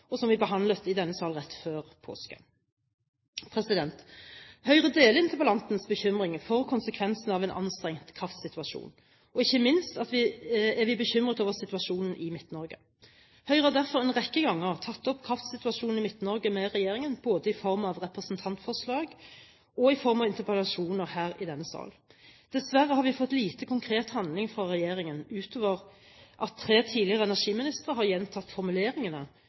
og som vi behandlet i denne sal rett før påske. Høyre deler interpellantens bekymring for konsekvensene av en anstrengt kraftsituasjon, og ikke minst er vi bekymret over situasjonen i Midt-Norge. Høyre har derfor en rekke ganger tatt opp kraftsituasjonen i Midt-Norge med regjeringen, både i form av representantforslag og i form av interpellasjoner her i denne sal. Dessverre har vi fått lite konkret handling fra regjeringen, utover at tre tidligere energiministre har gjentatt formuleringene